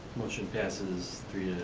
motion passes, three